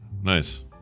Nice